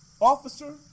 officer